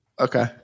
Okay